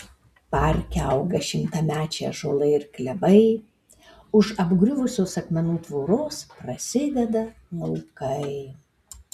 parke auga šimtamečiai ąžuolai ir klevai už apgriuvusios akmenų tvoros prasideda laukai